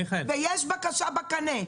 ויש בקשה בקנה,